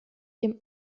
dem